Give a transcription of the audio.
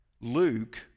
Luke